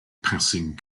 passing